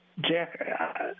jack